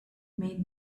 made